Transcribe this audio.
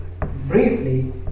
briefly